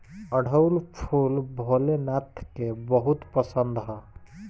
अढ़ऊल फूल भोले नाथ के बहुत पसंद ह